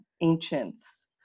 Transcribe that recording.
ancients